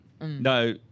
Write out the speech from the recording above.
No